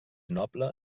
noble